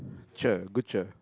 cher good cher